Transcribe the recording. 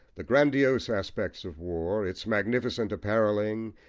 the grandiose aspects of war, its magnificent apparelling,